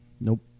Nope